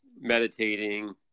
meditating